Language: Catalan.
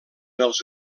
els